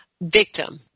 victim